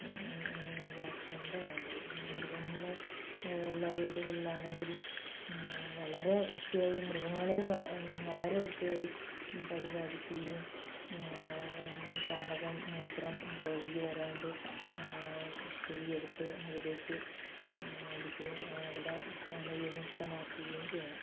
ഇതാക്കുകയാണ് വേണ്ടത് മൃഗങ്ങള് ഉള്ള വീടുകളിലാണെങ്കിൽ വളരെ വൃത്തിയായി മൃഗങ്ങളെയും വളരെ വൃത്തിയായി പരിപാലിക്കുകയും ചാണകവും മൂത്രവുമൊക്കെ ഒഴുകി വരാതെ കുഴിയെടുത്ത് അതിലേക്ക് അടിക്കുകയും അവിടെ അണുവിമുക്തമാക്കുകയും ചെയ്യണം